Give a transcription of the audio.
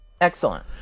Excellent